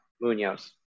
Munoz